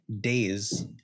days